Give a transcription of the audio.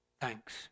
thanks